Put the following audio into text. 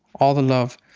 all the love,